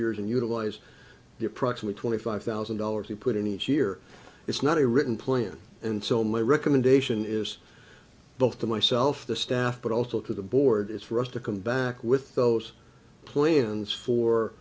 years and utilize the approximate twenty five thousand dollars we put in each year it's not a written plan and so my recommendation is both to myself the staff but also to the board is for us to come back with those plans for